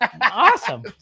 awesome